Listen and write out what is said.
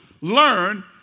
learn